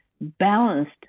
balanced